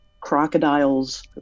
crocodiles